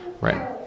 Right